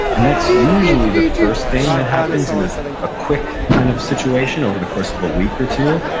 and that's usually the first thing that happens in ah a quick kind of situation, over the course of a week or two,